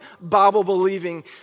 Bible-believing